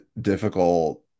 difficult